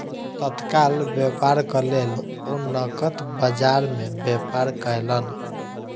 तत्काल व्यापारक लेल ओ नकद बजार में व्यापार कयलैन